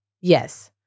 yes